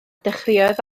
dechreuodd